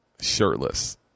Shirtless